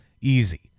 easy